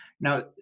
Now